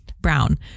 brown